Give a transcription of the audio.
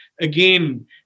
again